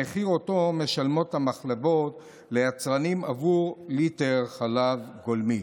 המחיר שמשלמות המחלבות ליצרנים עבור ליטר חלב גולמי.